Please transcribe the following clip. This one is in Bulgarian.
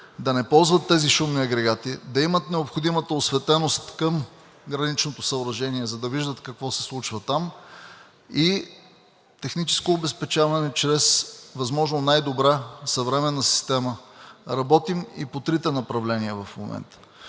да не ползват тези шумни агрегати, да имат необходимата осветеност към граничното съоръжение, за да виждат какво се случва там, и техническо обезпечаване чрез възможно най-добра съвременна система. Работим и по трите направления в момента.